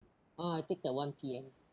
uh I pick the one P_M